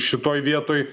šitoj vietoj